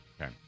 Okay